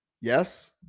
Yes